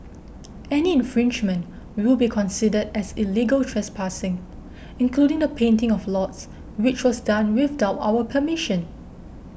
any infringement will be considered as illegal trespassing including the painting of lots which was done without our permission